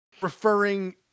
referring